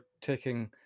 taking